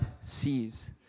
sees